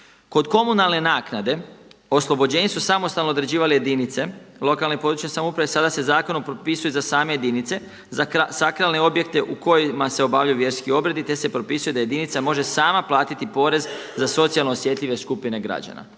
Kod komunalne naknade oslobođenje su samostalno određivale jedinice lokalne i područne samouprave. Sada se zakonom propisuje za same jedinice za sakralne objekte u kojima se obavljaju vjerski obredi, te se propisuje da jedinica može sama platiti porez za socijalno osjetljive skupine građana.